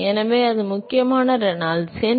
எனவே அது முக்கியமான ரெனால்ட்ஸ் எண்